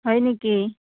হয় নেকি